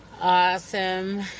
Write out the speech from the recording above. awesome